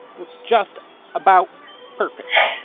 looks just about perfect.